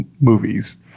movies